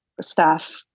staff